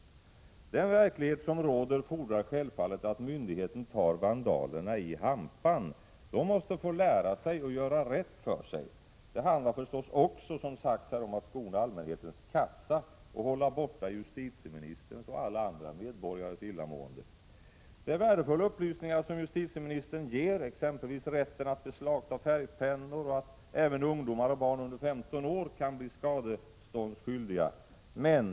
Den verklighet som råder fordrar självfallet att myndigheterna tar vandalerna i hampan. De måste få lära sig att göra rätt för sig. Det handlar förstås också om att skona allmänhetens kassa och hålla borta justitieministerns och alla andra medborgares illamående. Det är värdefulla upplysningar justitieministern ger, exempelvis om rätten att beslagta färgpennor och att även ungdomar och barn under 15 år kan bli skadeståndsskyldiga.